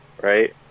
right